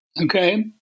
Okay